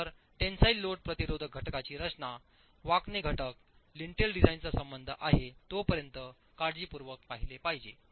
तर tensile load प्रतिरोधक घटकाची रचना वाकणे घटक लिंटेल डिझाइनचा संबंध आहे तोपर्यंत काळजीपूर्वक पाहिले पाहिजे